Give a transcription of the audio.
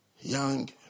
young